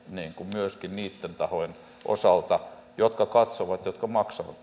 myöskin niitten tahojen osalta jotka maksavat